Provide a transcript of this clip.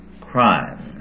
crime